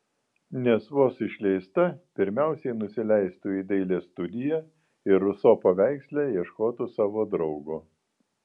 nes vos išleista pirmiausiai nusileistų į dailės studiją ir ruso paveiksle ieškotų savo draugo